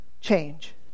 change